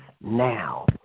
now